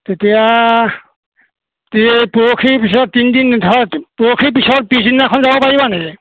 তেতিয়া তে পৰহিৰ পিছত তিনিদিন নেথাকে পৰহিৰ পিছত পিছদিনাখন যাব পাৰিবা নেকি